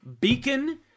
beacon